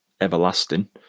everlasting